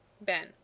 Ben